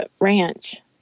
ranch